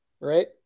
right